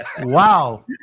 Wow